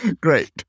great